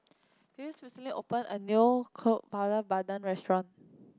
Giles recently open a new Kueh Bakar Pandan restaurant